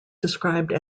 described